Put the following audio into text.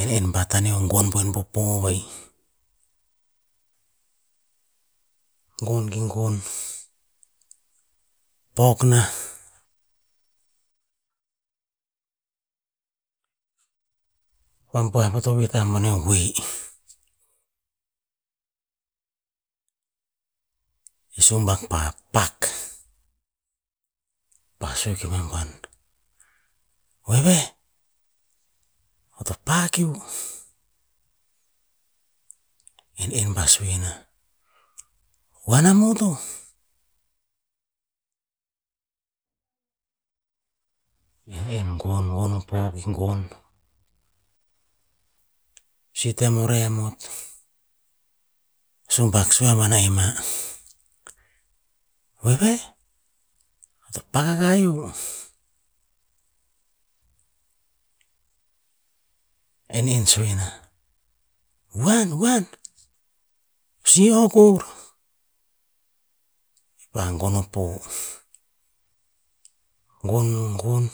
En en ba taneo gon voen po poh wei, gon gi gon pok na pom pa tovih tam boneh o vui. Sumbak pah pak pa sue ki nom ban, "weweh, to pakiu", en en ba sue nah, "huan amoto." En en gon hon o poh gon, si tem o reh mot, sumbak sue mana ae ma, "weweh, ta paka kai ivo." En en sue na, "huan, huan, si o kor!", pa gon o poh, gon, gon,